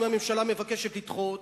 אם הממשלה מבקשת לדחות,